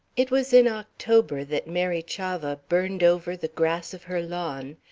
it was in october that mary chavah burned over the grass of her lawn,